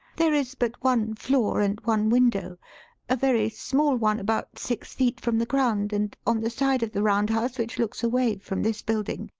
there is but one floor and one window a very small one about six feet from the ground, and on the side of the round house which looks away from this building.